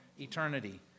eternity